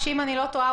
שאם אני לא טועה,